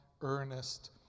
earnest